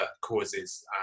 causes